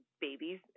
babies